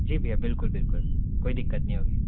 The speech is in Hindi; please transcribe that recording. जी भैया बिल्कुल बिल्कुल कोई दिक्कत नहीं होगी